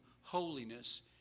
holiness